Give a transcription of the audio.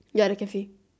ya the cafe